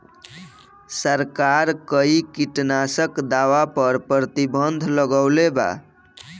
सरकार कई किटनास्क दवा पर प्रतिबन्ध लगवले बा